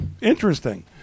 interesting